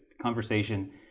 conversation